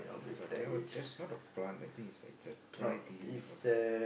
but that that's not a plant I think it's it's a dried leaf or something